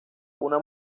una